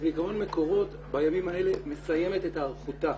בעיקרון מקורות בימים האלה מסיימת את ההיערכות שלה.